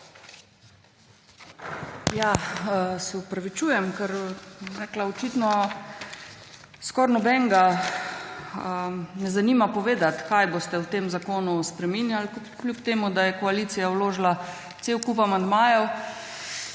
Se opravičujem, ker bom rekla očitno skoraj nobenega ne zanima povedati kaj boste v tem zakonu spreminjali kljub temu, da je koalicija vložila cel kup amandmajev.